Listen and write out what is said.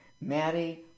Maddie